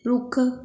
ਰੁੱਖ